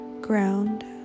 Ground